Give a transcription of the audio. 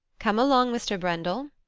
come along, mr. brendel.